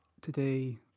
today